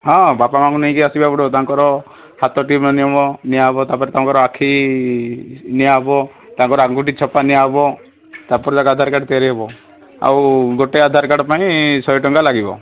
ହଁ ବାପା ମାଆଙ୍କୁ ନେଇକି ଆସିବାକୁ ପଡ଼ିବ ତାଙ୍କର ହାତ ଟିପା ନିୟମ ନିଆ ହେବ ତା'ପରେ ତାଙ୍କର ଆଖି ନିଆ ହେବ ତା'ପରେ ଆଙ୍ଗୁଠି ଛପା ନିଆ ହେବ ତା'ପରେ ଆଧାର କାର୍ଡ଼ ତିଆରି ହେବ ଆଉ ଗୋଟେ ଆଧାର କାର୍ଡ଼ ପାଇଁ ଶହେ ଟଙ୍କା ଲାଗିବ